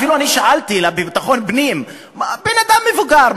אפילו אני שאלתי בביטחון פנים: בן-אדם מבוגר,